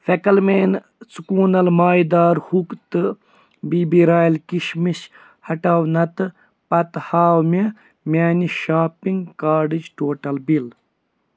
فٮ۪کل مینہٕ ژُکوٗنَل مایہِ دار ہُک تہٕ بی بی رایل کِشمِش ہٹاو نَتہٕ پَتہٕ ہاو مےٚ میٛانہِ شاپِنٛگ کاڈٕچ ٹوٹل بِل